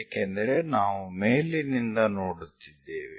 ಏಕೆಂದರೆ ನಾವು ಮೇಲಿನಿಂದ ನೋಡುತ್ತಿದ್ದೇವೆ